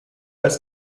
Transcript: als